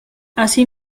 así